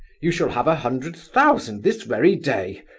you shall have a hundred thousand, this very day.